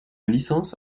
licence